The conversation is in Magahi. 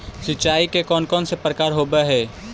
सिंचाई के कौन कौन से प्रकार होब्है?